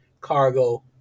cargo